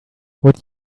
would